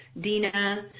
Dina